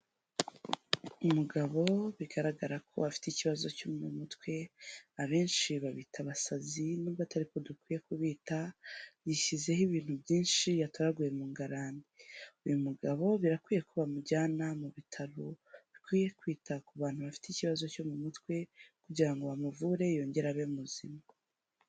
Umugabo bigaragara ko afite ikibazo cyo mu mutwe, abenshi babita abasazi nubwo atari ko dukwiye kubita, yishyizeho ibintu byinshi yatoraguye mu ngarani, uyu mugabo birakwiye ko bamujyana mu bitaro bikwiye kwita ku bantu bafite ikibazo cyo mu mutwe kugira ngo bamuvure yongere abe muzima.